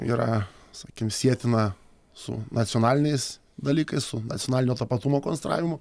yra sakykim sietina su nacionaliniais dalykais su nacionalinio tapatumo konstravimu